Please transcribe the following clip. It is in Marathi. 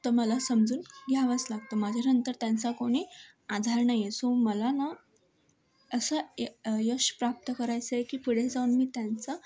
तर मला समजून घ्यावंच लागतं माझ्यानंतर त्यांचा कोणी आधार नाही आहे सो मला ना असं यश प्राप्त करायचं आहे की पुढे जाऊन मी त्यांचा